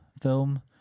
film